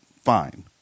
fine